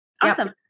awesome